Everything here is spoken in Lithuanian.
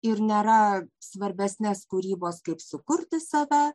ir nėra svarbesnės kūrybos kaip sukurti save